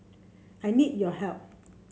I need your help